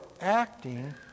acting